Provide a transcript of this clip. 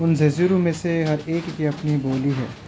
ان جزیروں میں سے ہر ایک کی اپنی بولی ہے